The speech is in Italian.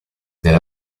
nella